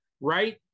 right